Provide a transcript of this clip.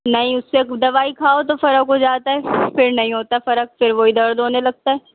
نہیں اُس سے دوائی کھاؤ تو فرق ہو جاتا ہے پھر نہیں ہوتا فرق پھر وہی درد ہونے لگتا ہے